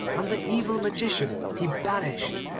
and the evil magician he banished,